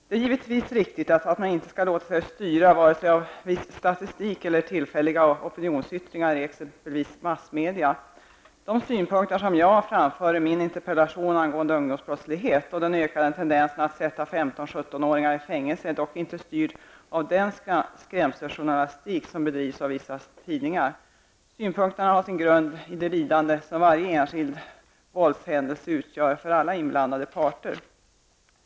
Det är givetvis riktigt att man inte skall låta sig styras av vare sig viss statistik eller tillfälliga opinionsyttringar i exempelvis massmedia. De synpunkter som jag framför i min interpellation angående ungdomsbrottslighet och den ökande tendensen att sätta 15--17-åringar i fängelse är dock inte styrda av den skrämseljournalistik som bedrivs av vissa tidningar. Synpunkterna har sin grund i det lidande som varje enskild våldshändelse innebär för alla inblandade parter.